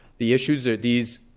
the issues are these